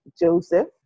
Joseph